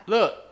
Look